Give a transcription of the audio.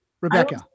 Rebecca